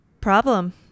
problem